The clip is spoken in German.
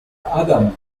adam